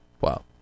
Wow